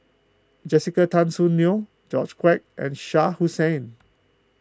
Jessica Tan Soon Neo George Quek and Shah Hussain